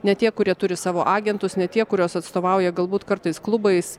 ne tie kurie turi savo agentus ne tie kuriuos atstovauja galbūt kartais klubais